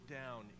down